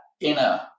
inner